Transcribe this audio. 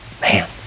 Man